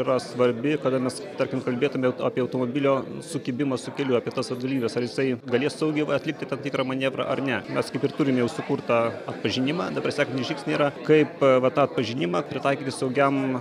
yra svarbi kada mes tarkim kalbėtume apie automobilio sukibimą su keliu apie tas vat galimybes ar jisai galės saugiai atlikti tam tikrą manevrą ar ne mes kaip ir turime jau sukurtą atpažinimą dabar sekantys žingniai yra kaip va tą atpažinimą pritaikyti saugiam